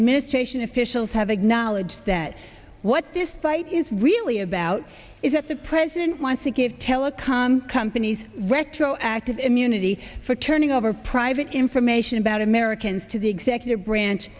administration officials have acknowledged that what this fight is really about is that the president wants to give telecom companies retroactive immunity for turning over private information about americans to the executive branch